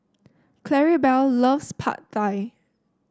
Claribel loves Pad Thai